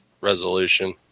resolution